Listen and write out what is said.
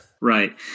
Right